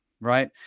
Right